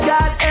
God